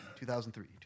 2003